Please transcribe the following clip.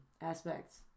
aspects